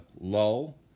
lull